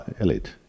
elite